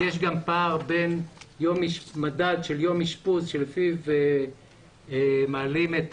יש גם פער בין מדד של יום אשפוז שלפיו מעלים את